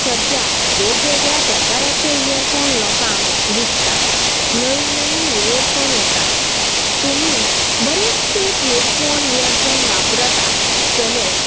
सद्या वेगवेगळ्या प्रकाराचे इयरफोन लोकांक दिसतात नवीन नवीन इयरफोन येतात तुमी बरेंच तेप हेडफोन इयरफोन वापरत आसतलेच